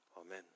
Amen